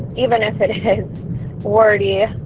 even if it has already.